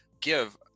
give